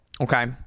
okay